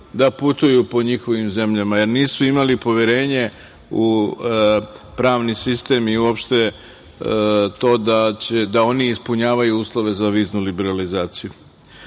da putuju po njihovim zemljama, jer nisu imali poverenje u pravni sistem i uopšte to da oni ispunjavaju uslove za viznu liberalizaciju. Zahvaljujem